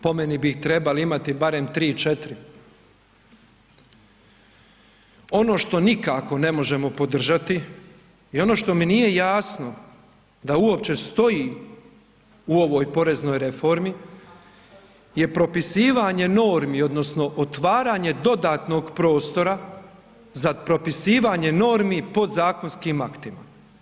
Po meni bi trebali imati barem 3, 4. Ono što nikako ne možemo podržati i ono što mi nije jasno da uopće stoji u ovoj poreznoj reformi je propisivanje normi odnosno otvaranje dodatnog prostora za propisivanje normi podzakonskim aktima.